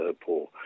poor